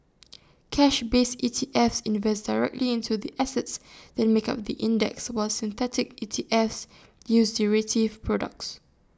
cash based E T Fs invest directly into the assets that make up the index while synthetic E T Fs use derivative products